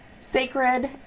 Sacred